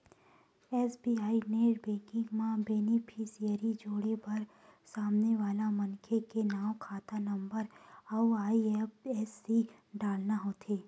SBI net banking म beneficiary जोड़े बर सामने वाला मनखे के नांव, खाता नंबर अउ आई.एफ.एस.सी डालना होथे